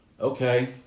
Okay